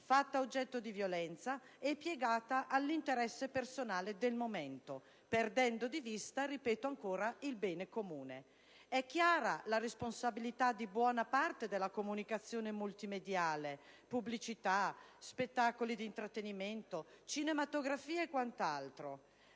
essere oggetto di violenza e piegarsi all'interesse personale del momento, perdendo di vista - lo ripeto - il bene comune. È chiara la responsabilità di buona parte della comunicazione multimediale, (pubblicità, spettacoli di intrattenimento, cinematografia e quant'altro),